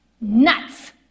nuts